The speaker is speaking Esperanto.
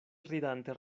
ridante